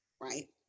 right